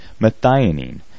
methionine